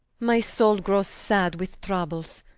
my soule growes sad with troubles,